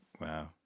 Wow